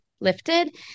lifted